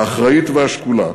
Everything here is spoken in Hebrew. האחראית והשקולה,